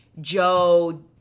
Joe